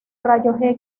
rayos